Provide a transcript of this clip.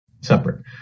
separate